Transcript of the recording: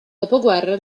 dopoguerra